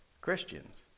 Christians